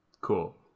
cool